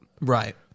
right